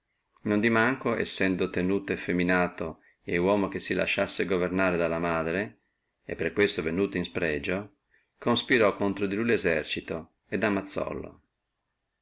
non di manco sendo tenuto effeminato et uomo che si lasciassi governare alla madre e per questo venuto in disprezzo conspirò in lui lesercito et ammazzollo